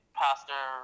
pastor